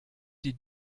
die